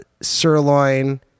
sirloin